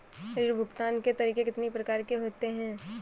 ऋण भुगतान के तरीके कितनी प्रकार के होते हैं?